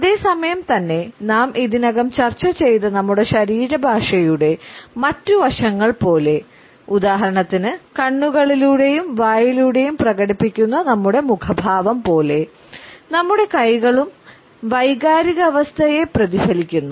അതേ സമയം തന്നെ നാം ഇതിനകം ചർച്ച ചെയ്ത നമ്മുടെ ശരീരഭാഷയുടെ മറ്റ് വശങ്ങൾ പോലെ ഉദാഹരണത്തിന് കണ്ണുകളിലൂടെയും വായിലൂടെയും പ്രകടിപ്പിക്കുന്ന നമ്മുടെ മുഖഭാവം പോലെ നമ്മുടെ കൈകളും വൈകാരികാവസ്ഥയെ പ്രതിഫലിപ്പിക്കുന്നു